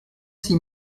six